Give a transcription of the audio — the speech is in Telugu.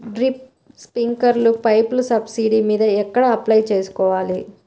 డ్రిప్, స్ప్రింకర్లు పైపులు సబ్సిడీ మీద ఎక్కడ అప్లై చేసుకోవాలి?